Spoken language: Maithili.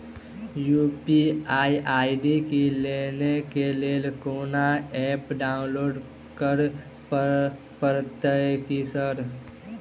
यु.पी.आई आई.डी लेनदेन केँ लेल कोनो ऐप डाउनलोड करऽ पड़तय की सर?